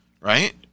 right